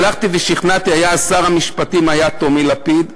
שר המשפטים היה אז טומי לפיד.